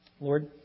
Lord